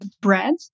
bread